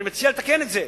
ואני מציע לתקן את זה.